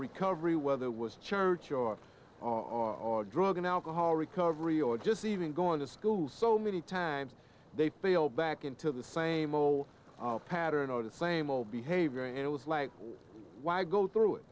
recovery whether was church off on drug and alcohol recovery or just even going to school so many times they failed back into the same old pattern over the same old behavior and it was like why go through it